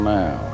now